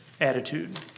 attitude